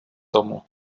tomu